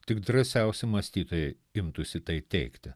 tik drąsiausi mąstytojai imtųsi tai teigti